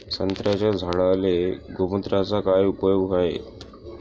संत्र्याच्या झाडांले गोमूत्राचा काय उपयोग हाये?